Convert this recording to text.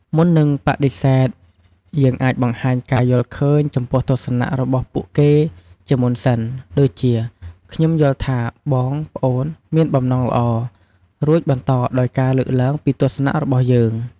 មុននឹងបដិសេធ យើងអាចបង្ហាញការយល់ឃើញចំពោះទស្សនៈរបស់ពួកគេជាមុនសិន ដូចជា "ខ្ញុំយល់ថាបង/ប្អូនមានបំណងល្អ" រួចបន្តដោយការលើកឡើងពីទស្សនៈរបស់យើង។